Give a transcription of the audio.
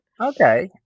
Okay